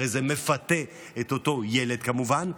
הרי זה מפתה את אותו ילד כמובן,